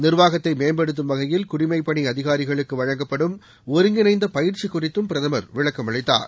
நிர்வாகத்தை மேம்படுத்தும் வகையில் குடிமைப்பணி அதிகாரிகளுக்கு வழங்கப்படும் ஒருங்கிணைந்த பயிற்சி குறித்தும் பிரதமர் விளக்கம் அளித்தார்